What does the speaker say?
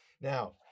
Now